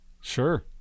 Sure